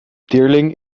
teerling